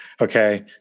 Okay